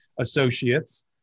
associates